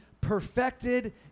perfected